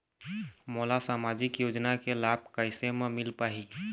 मोला सामाजिक योजना के लाभ कैसे म मिल पाही?